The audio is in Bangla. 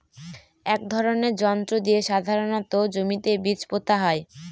এক ধরনের যন্ত্র দিয়ে সাধারণত জমিতে বীজ পোতা হয়